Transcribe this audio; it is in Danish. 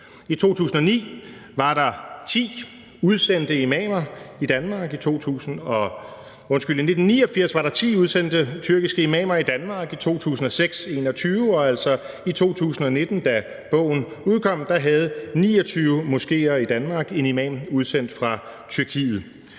I 1989 var der 10 udsendte tyrkiske imamer i Danmark, i 2006 21 og i 2019, da bogen udkom, havde 29 moskéer i Danmark en imam udsendt fra Tyrkiet.